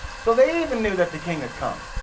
so they even knew that the king has come.